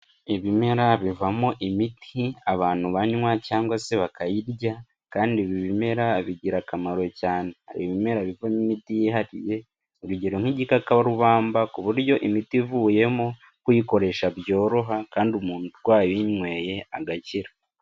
Ibimera bivamo imiti abantu banywa cyangwa se bakayirya kandi ibi bimera bigira akamaro cyane, hari ibimera bivamo imiti yihariye urugero nk'igikakarubamba ku buryo imiti ivuyemo kuyikoresha byoroha kandi umuntu urwaye uyinyweye agakira.